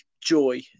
joy